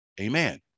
Amen